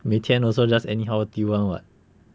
每天 also just anyhow 丢 [one] [what]